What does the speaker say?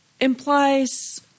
implies